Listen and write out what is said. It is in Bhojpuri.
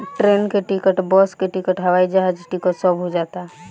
ट्रेन के टिकट, बस के टिकट, हवाई जहाज टिकट सब हो जाता